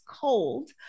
cold